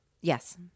Yes